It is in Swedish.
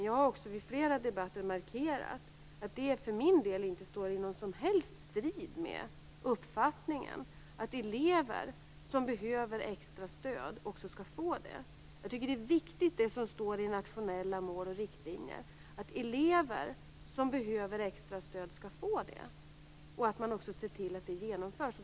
Jag har också i flera debatter markerat att det för min del inte står i någon som helst strid med uppfattningen att elever som behöver extra stöd också skall få det. Jag tycker att det som står i de nationella målen och riktlinjerna är viktigt: Elever som behöver extra stöd skall få det, och det skall också genomföras.